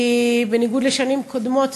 כי בניגוד לשנים קודמות,